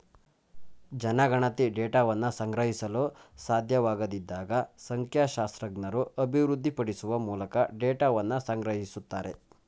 ಜನಗಣತಿ ಡೇಟಾವನ್ನ ಸಂಗ್ರಹಿಸಲು ಸಾಧ್ಯವಾಗದಿದ್ದಾಗ ಸಂಖ್ಯಾಶಾಸ್ತ್ರಜ್ಞರು ಅಭಿವೃದ್ಧಿಪಡಿಸುವ ಮೂಲಕ ಡೇಟಾವನ್ನ ಸಂಗ್ರಹಿಸುತ್ತಾರೆ